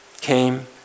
came